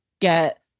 get